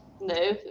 no